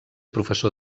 professor